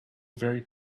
very